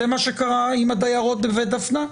זה מה שקרה עם הדיירות בבית דפנה,